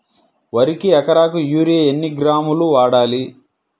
వరికి ఎకరాకు యూరియా ఎన్ని కిలోగ్రాములు వాడాలి?